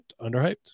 underhyped